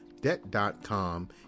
Debt.com